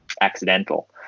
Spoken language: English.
accidental